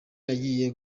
yagiye